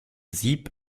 sieb